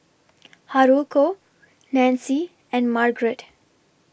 Haruko Nancy and Margrett